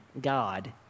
God